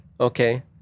Okay